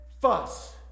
fuss